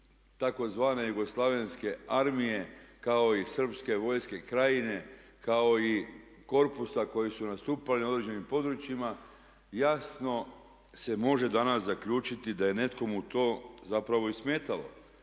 tzv. jugoslavenske armije kao i srpske vojske Krajine, kao i korpusa koji su nastupali na određenim područjima jasno se može danas zaključiti da je nekomu to zapravo i smetalo.